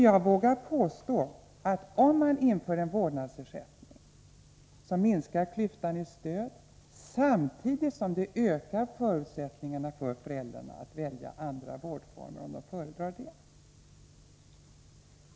Jag vågar påstå, att om man inför en vårdnadsersättning, minskar klyftan när det gäller stöd samtidigt som det ökar förutsättningarna för föräldrarna att välja andra vårdformer om de föredrar det.